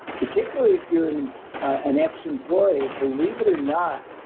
particularly if you're an an ex-employee, believe it or not,